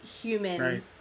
human